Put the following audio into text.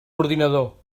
ordinador